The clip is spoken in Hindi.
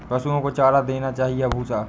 पशुओं को चारा देना चाहिए या भूसा?